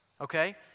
Okay